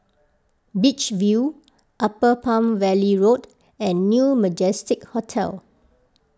Beach View Upper Palm Valley Road and New Majestic Hotel